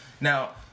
Now